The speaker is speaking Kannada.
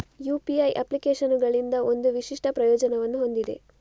ಯು.ಪಿ.ಐ ಅಪ್ಲಿಕೇಶನುಗಳಿಗಿಂತ ಒಂದು ವಿಶಿಷ್ಟ ಪ್ರಯೋಜನವನ್ನು ಹೊಂದಿದೆ